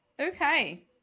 Okay